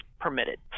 permitted